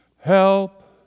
Help